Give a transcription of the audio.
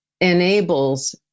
enables